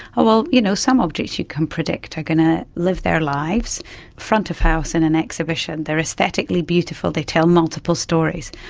ah well, you know some objects you can predict are going to live their lives front-of-house in an exhibition, they are aesthetically beautiful, they tell multiple stories.